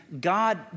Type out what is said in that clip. God